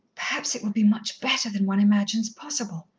perhaps it will be much better than one imagines possible.